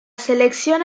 selección